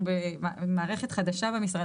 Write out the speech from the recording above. אנחנו במערכת חדשה במשרד,